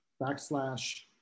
backslash